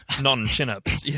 non-chin-ups